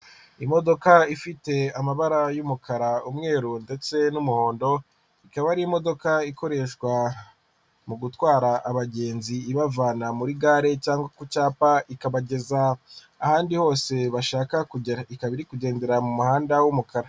Imodoka ifite amabara y'umukara, umweru ndetse n'umuhondo, ikaba ari imodoka ikoreshwa mu gutwara abagenzi ibavana muri gare cyangwa ku cyapa ikabageza ahandi hose bashaka kugera, ikaba iri kugendera mu muhanda w'umukara.